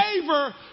favor